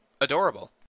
adorable